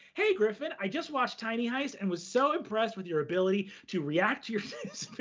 hey, griffin, i just watched tiny heist and was so impressed with your ability to react to your hey,